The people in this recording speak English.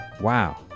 wow